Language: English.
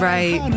Right